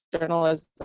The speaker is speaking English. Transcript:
journalism